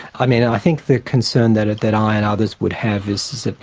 i mean, i think the concern that ah that i and others would have is that,